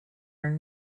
are